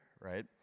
right